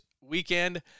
weekend